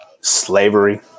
slavery